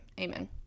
Amen